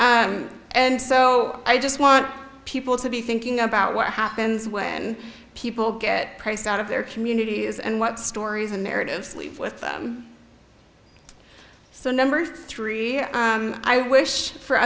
and so i just want people to be thinking about what happens when people get priced out of their communities and what stories and narratives leave with so number three i wish for